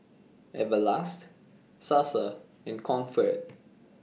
Everlast Sasa and Comfort